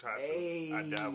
Hey